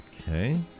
Okay